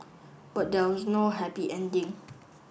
but there was no happy ending